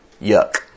Yuck